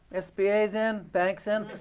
sba is in. bank is in.